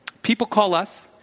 people call us,